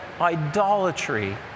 idolatry